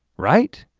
right?